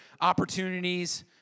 opportunities